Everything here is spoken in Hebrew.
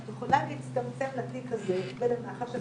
את יכולה להצטמצם לתיק הזה ולמח"ש.